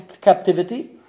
captivity